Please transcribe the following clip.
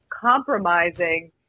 compromising